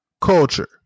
culture